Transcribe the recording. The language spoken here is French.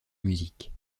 musique